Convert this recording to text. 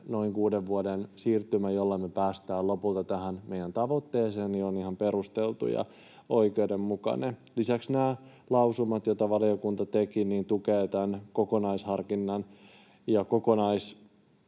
noin kuuden vuoden siirtymä, jolla me päästään lopulta tähän meidän tavoitteeseen, on ihan perusteltu ja oikeudenmukainen. Lisäksi nämä lausumat, joita valiokunta teki, tukevat tämän kokonaisharkinnan ja kokonaisuudistuksen